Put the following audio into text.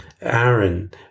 Aaron